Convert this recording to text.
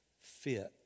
fit